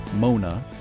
Mona